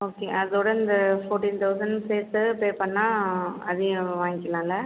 okay அதோட இந்த fourteen thousand சேர்த்து பே பண்ணால் அதையும் வாங்க்கிலாம்ல